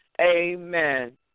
amen